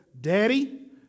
Daddy